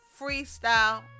freestyle